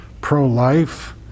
pro-life